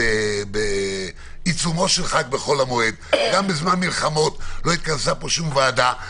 חבר הכנסת אוסאמה סעדי,